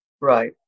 Right